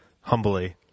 humbly